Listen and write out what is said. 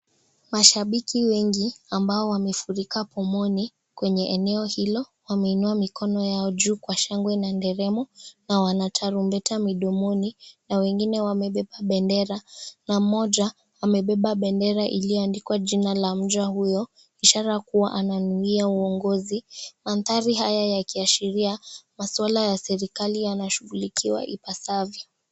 Mashabiki wengi ambao wamefurika pomoni kwenye eneo hilo wameinua mikono yao juu kwa shangwe na nderemo na wana tarumbeta midomoni na wengine wamebeba pendera na mmoja amebeba pendera iliyoandikwa jina la mja huyo ishara kuwa ananuia uongozi. Maandhari haya yakiashiria maswala ya serikali yanashughulikiwa ipasavyo.